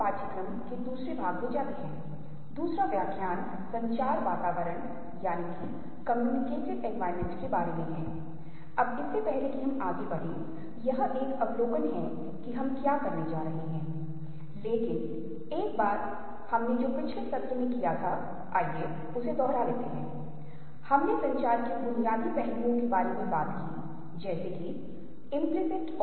पिछले सत्र में हमने दृश्य संस्कृतिविसुअल कल्चर Visual culture के बारे में बात की थी और जैसा कि मैंने वादा किया था आज हम सिद्धांतों के बारे में बात करने जा रहे हैं सिद्धांतों के बारे में बात नहीं करते हैं लेकिन दृश्य संस्कृति के आवेदन के बारे में बताते हैं कि इसे कैसे रोचक बनाया जा सकता है